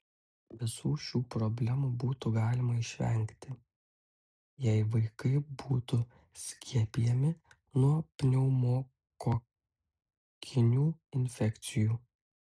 visų šių problemų būtų galima išvengti jei vaikai būtų skiepijami nuo pneumokokinių infekcijų